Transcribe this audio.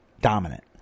dominant